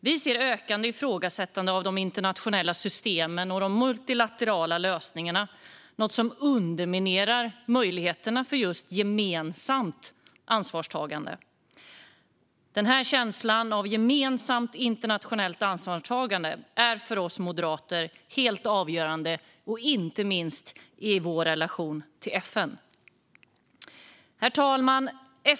Vi ser ett ökande ifrågasättande av de internationella systemen och de multilaterala lösningarna, något som underminerar möjligheterna till just gemensamt ansvarstagande. Denna känsla av gemensamt internationellt ansvarstagande är för oss moderater helt avgörande, inte minst i vår relation till FN. Herr talman!